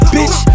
Bitch